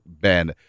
Ben